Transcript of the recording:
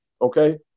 okay